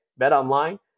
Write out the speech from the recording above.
BetOnline